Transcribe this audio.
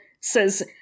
says